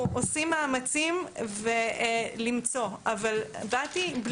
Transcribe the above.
אנחנו עושים מאמצים למצוא, אבל באתי בלי.